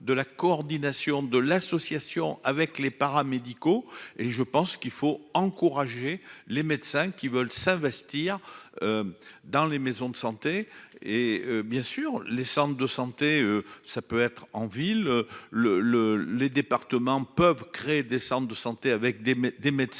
de la coordination de l'association avec les paramédicaux et je pense qu'il faut encourager les médecins qui veulent s'investir. Dans les maisons de santé et bien sûr les centres de santé, ça peut être en ville le le les départements peuvent créer des centres de santé avec des, des médecins